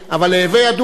אבל להווי ידוע לך,